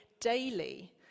daily